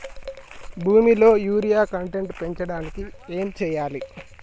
భూమిలో urea content పెంచడానికి ఏం చేయాలి?